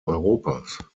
europas